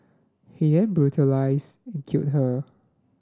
he then brutalised and killed her